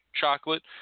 chocolate